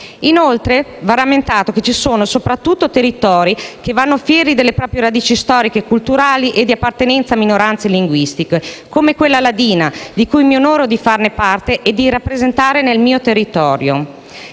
Inoltre va rammentato che ci sono soprattutto territori che vanno fieri delle proprie radici storiche, culturali e di appartenenza a minoranze linguistiche, come quella ladina, di cui mi onoro di far parte e che mi onoro di rappresentare nel mio territorio.